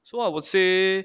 so I would say